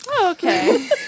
okay